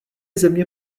země